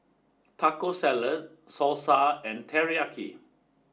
Taco Salad Salsa and Teriyaki